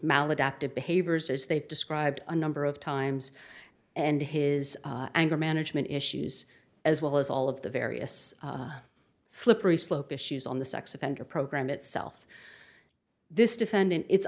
maladaptive behaviors as they've described a number of times and his anger management issues as well as all of the various slippery slope issues on the sex offender program itself this defendant it's